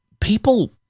people